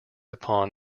upon